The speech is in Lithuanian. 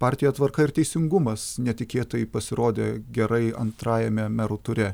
partija tvarka ir teisingumas netikėtai pasirodė gerai antrajame merų ture